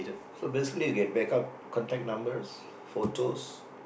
so basically you get back up contact number photos